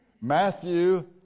Matthew